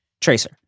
Tracer